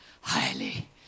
highly